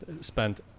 spent